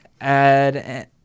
add